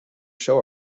show